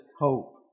hope